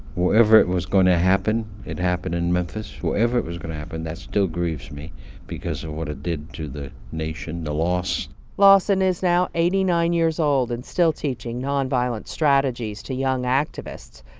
wherever it was going to happen it happened in memphis. wherever it was going to happen, that still grieves me because of what it did to the nation the loss lawson is now eighty nine years old and still teaching nonviolent strategies to young activists.